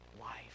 life